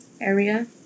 area